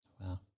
Wow